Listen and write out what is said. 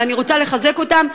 ואני רוצה לחזק אותם,